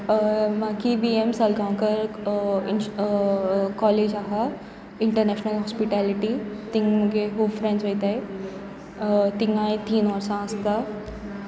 मागीर V M Salgaonkar college आसा international hospitality थंय म्हजी खूब फ्रेंड्स वतात थंय हांवें तीन वर्सां आसता